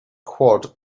quad